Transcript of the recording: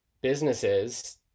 businesses